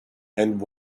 and